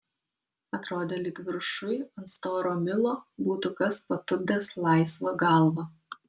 atrodė lyg viršuj ant storo milo būtų kas patupdęs laisvą galvą